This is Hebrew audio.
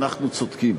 אנחנו צודקים.